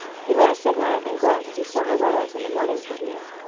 he lit a cigarette and glanced through several letters and the morning tribune.